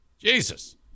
Jesus